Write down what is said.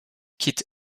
quitte